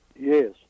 Yes